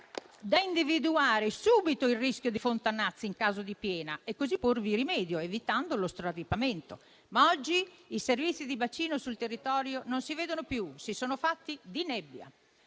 da individuare subito il rischio di fontanazzi in caso di piena e così porvi rimedio, evitando lo straripamento. Oggi, però, i servizi di bacino sul territorio non si vedono più, si sono fatti di nebbia.